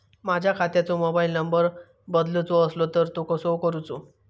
माझ्या खात्याचो mobile number बदलुचो असलो तर तो कसो करूचो?